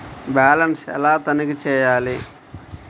Balance ఎలా తనిఖీ చేయాలి?